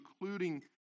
including